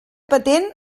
patent